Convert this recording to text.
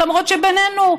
למרות שבינינו,